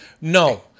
No